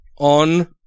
on